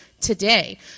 today